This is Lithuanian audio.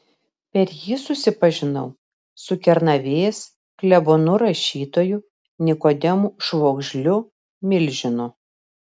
per jį susipažinau su kernavės klebonu rašytoju nikodemu švogžliu milžinu